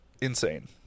Insane